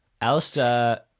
Alistair